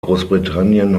großbritannien